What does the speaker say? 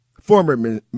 former